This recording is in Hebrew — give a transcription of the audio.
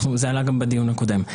זה עלה גם בדיון הקודם.